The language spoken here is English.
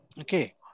Okay